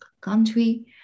country